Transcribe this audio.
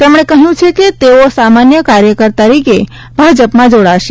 તેમણે કહ્યું છે કે તેઓ સામાન્ય કાર્યકર તરીકે ભાજપમાં જોડાશે